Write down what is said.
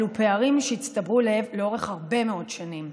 אלו פערים שהצטברו לאורך הרבה מאוד שנים.